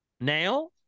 Now